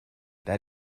that